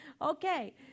Okay